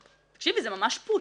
תקשיבי, זה ממש פוץ'.